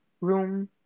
room